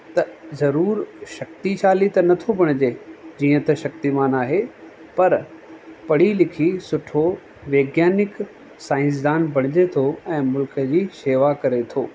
त ज़रूरु शक्तिशाली त नथो बणिजे जीअं त शक्तिमान आहे पर पढ़ी लिखी सुठो वैज्ञानिक साइंसधान बणिजे थो ऐं मुल्क जी शेवा करे थो